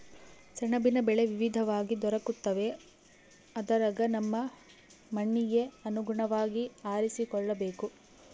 ಸೆಣಬಿನ ಬೆಳೆ ವಿವಿಧವಾಗಿ ದೊರಕುತ್ತವೆ ಅದರಗ ನಮ್ಮ ಮಣ್ಣಿಗೆ ಅನುಗುಣವಾಗಿ ಆರಿಸಿಕೊಳ್ಳಬೇಕು